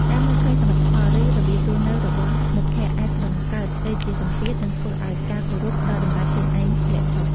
ការមើលឃើញសមិទ្ធផល ឬរបៀបរស់នៅរបស់មិត្តភ័ក្តិអាចបង្កើតទៅជាសម្ពាធ និងធ្វើឱ្យការគោរព ផ្ដល់តម្លៃខ្លួនឯងធ្លាក់ចុះ។